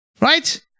Right